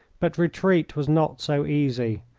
but retreat was not so easy.